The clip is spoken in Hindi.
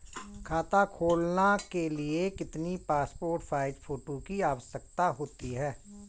खाता खोलना के लिए कितनी पासपोर्ट साइज फोटो की आवश्यकता होती है?